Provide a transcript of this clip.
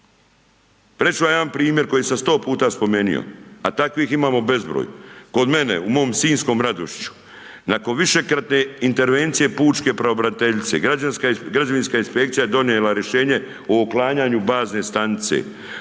ću vam jedan primjer koji sam 100x spomenuo a takvih imamo bezbroj, kod mene u mom sinjskom Radošiću, nakon višekratne intervencije pučke pravobraniteljice građevinska inspekcija je donijela rješenje o uklanjanju bazne stanice